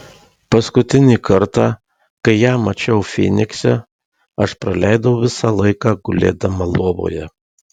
paskutinį kartą kai ją mačiau fynikse aš praleidau visą laiką gulėdama lovoje